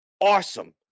awesome